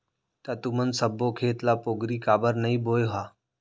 त तुमन सब्बो खेत ल पोगरी काबर नइ बोंए ह?